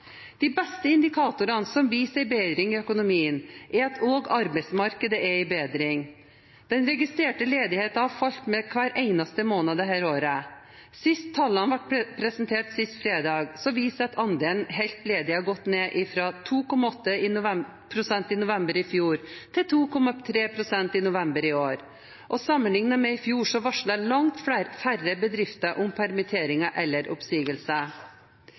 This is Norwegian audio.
Den beste indikatoren som viser bedring i økonomien, er at også arbeidsmarkedet er i bedring. Den registrerte ledigheten har falt hver eneste måned dette året. Tallene som ble presentert sist fredag, viser at andelen helt ledige har gått ned fra 2,8 pst. i november i fjor til 2,3 pst. i november i år, og sammenlignet med i fjor varsler langt færre bedrifter om permitteringer eller oppsigelser.